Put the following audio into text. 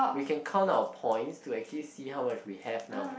we can count our points to actually see how much we have now